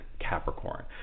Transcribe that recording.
Capricorn